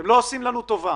אתם לא עושים לנו טובה,